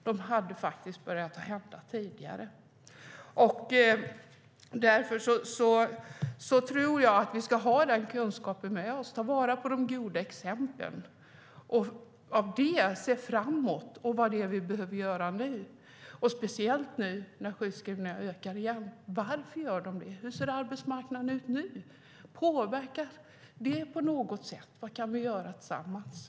De hade faktiskt börjat hända tidigare.